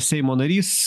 seimo narys